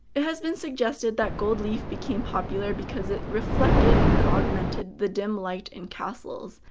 it has been suggested that gold leaf became popular because it reflected and augmented the dim light in castles.